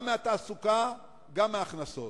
גם מהתעסוקה וגם מההכנסות.